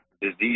disease